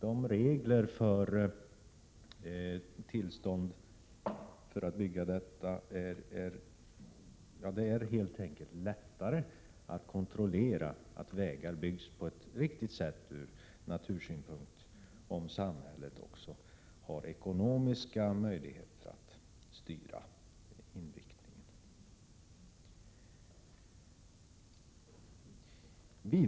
Det är helt enkelt lättare att kontrollera att vägarna byggs på ett från natursynpunkt riktigt sätt, om samhället har möjligheter att styra inriktningen.